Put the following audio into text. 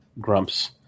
Grumps